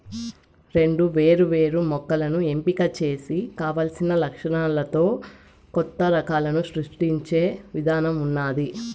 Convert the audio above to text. రెండు వేరు వేరు మొక్కలను ఎంపిక చేసి కావలసిన లక్షణాలతో కొత్త రకాలను సృష్టించే ఇధానం ఉన్నాది